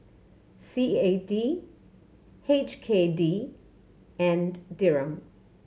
C A D H K D and Dirham